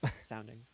sounding